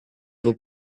were